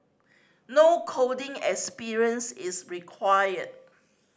no coding experience is required